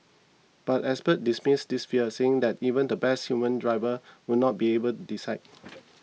but experts dismiss this fear saying that even the best human driver would not be able decide